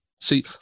see